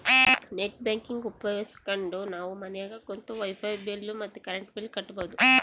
net banking ಉಪಯೋಗಿಸ್ಕೆಂಡು ನಾವು ಮನ್ಯಾಗ ಕುಂತು ವೈಫೈ ಬಿಲ್ ಮತ್ತೆ ಕರೆಂಟ್ ಬಿಲ್ ಕಟ್ಬೋದು